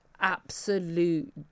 absolute